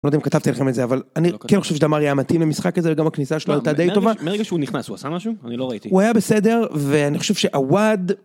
אני לא יודע אם כתבתי לכם את זה, אבל אני כן חושב שדמרי היה מתאים למשחק הזה, וגם הכניסה שלו הייתה די טובה. מרגע שהוא נכנס, הוא עשה משהו? אני לא ראיתי. הוא היה בסדר, ואני חושב שעוואד...